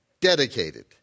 dedicated